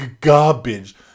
garbage